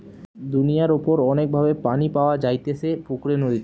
দুনিয়ার উপর অনেক ভাবে পানি পাওয়া যাইতেছে পুকুরে, নদীতে